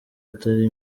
itari